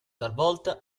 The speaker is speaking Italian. talvolta